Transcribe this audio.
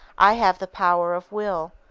i have the power of will!